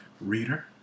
reader